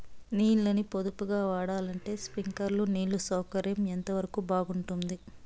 నీళ్ళ ని పొదుపుగా వాడాలంటే స్ప్రింక్లర్లు నీళ్లు సౌకర్యం ఎంతవరకు బాగుంటుంది?